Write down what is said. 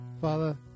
father